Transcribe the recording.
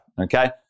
okay